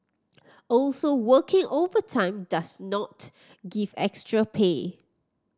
also working overtime does not give extra pay